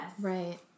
right